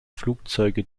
flugzeuge